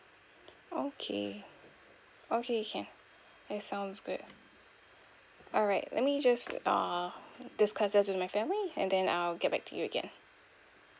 okay okay can that sounds good alright let me just uh discuss this with my family and then I'll get back to you again